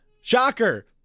Shocker